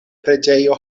preĝejo